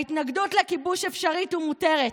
ההתנגדות לכיבוש אפשרית ומותרת,